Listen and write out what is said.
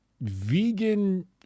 vegan